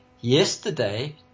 Yesterday